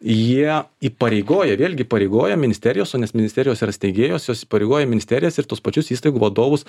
jie įpareigoja vėlgi įpareigoja ministerijos o nes ministerijos yra steigėjos jos įpareigoja ministerijas ir tuos pačius įstaigų vadovus